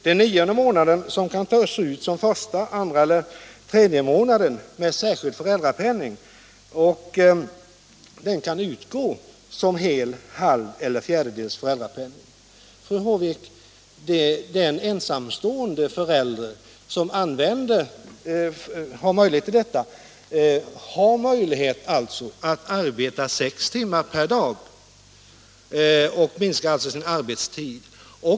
Den nionde månaden kan tas ut som första, andra eller tredje månad med särskild föräldrapenning. Den kan då utgå som hel, halv eller fjärdedels föräldrapenning. En ensamstående förälder som gör så har alltså möjlighet att arbeta sex timmar per dag och minskar därmed sin arbetstid, fru Håvik.